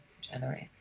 generate